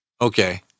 Okay